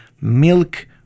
milk